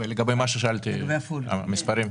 ולגבי מה ששאלתי, המספרים?